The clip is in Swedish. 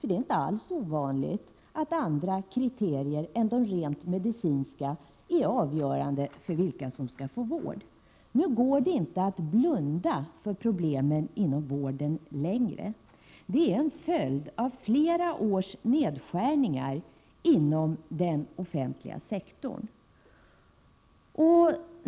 Det är inte alls ovanligt att andra kriterier än de rent medicinska är avgörande för vilka som skall få vård. Det går nu inte att blunda för problemen inom vården längre. De är en följd av flera års nedskärningar inom den offentliga sektorn.